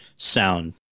Sound